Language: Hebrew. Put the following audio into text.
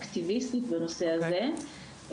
כאקטיביסטית בנושא הזה,